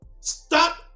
Stop